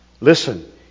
listen